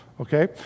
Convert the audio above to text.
Okay